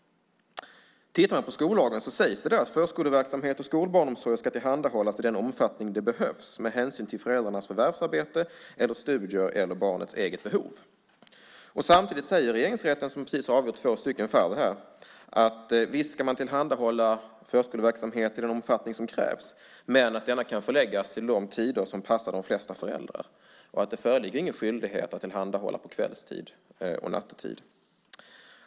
I skollagen sägs att förskoleverksamhet och skolbarnomsorg ska tillhandahållas i den omfattning det behövs med hänsyn till föräldrarnas förvärvsarbete, studier eller barnets eget behov. Samtidigt säger Regeringsrätten, som precis har avgjort två fall, att förskoleverksamhet visst ska tillhandahållas i den omfattning som krävs, men den kan förläggas till de tider som passar de flesta föräldrar och det föreligger inte någon skyldighet att tillhandahålla barnomsorg kvällstid och nattetid.